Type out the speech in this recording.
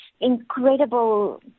incredible